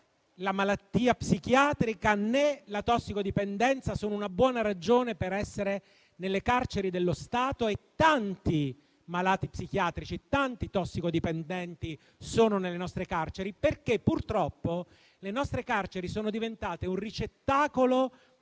la malattia psichiatrica, né la tossicodipendenza sono una buona ragione per essere nelle carceri dello Stato e tanti malati psichiatrici, tanti tossicodipendenti sono nelle nostre carceri perché purtroppo le nostre carceri sono diventate un ricettacolo